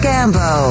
Gambo